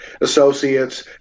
associates